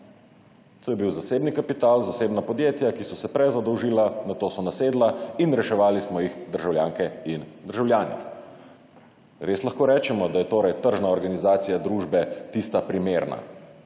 To je bil zasebni kapital, zasebna podjetja, ki so se prezadolžila, nato so nasedla in reševali smo jih državljanke in državljani. Res lahko rečemo, da je torej tržna organizacija družbe tista primerna,